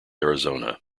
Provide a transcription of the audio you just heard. arizona